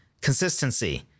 consistency